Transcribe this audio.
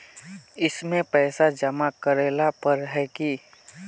इसमें पैसा जमा करेला पर है की?